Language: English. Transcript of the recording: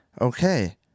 okay